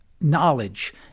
knowledge